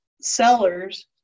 sellers